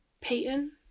Peyton